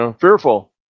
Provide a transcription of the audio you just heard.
fearful